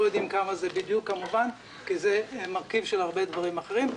יודעים כמה זה בדיוק כמובן כי זה מרכיב של הרבה דברים אחרים.